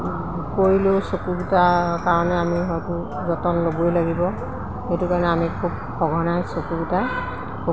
কৰিলেও চকুকেইটাৰ কাৰণে আমি হয়তো যতন ল'বই লাগিব সেইটো কাৰণে আমি খুব সঘনাই চকুকেইটা খুব